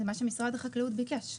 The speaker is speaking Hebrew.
זה מה שמשרד החקלאות ביקש.